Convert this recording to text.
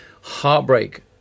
heartbreak